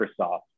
Microsoft